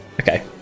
Okay